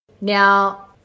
Now